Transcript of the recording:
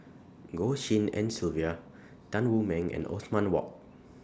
Goh Tshin En Sylvia Tan Wu Meng and Othman Wok